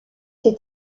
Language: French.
ses